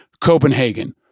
Copenhagen